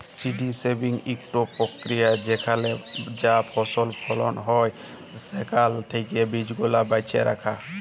seed saving ইকট পক্রিয়া যেখালে যা ফসল ফলল হ্যয় সেখাল থ্যাকে বীজগুলা বাছে রাখা